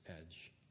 edge